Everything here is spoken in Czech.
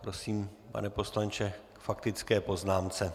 Prosím, pane poslanče, k faktické poznámce.